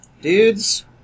dudes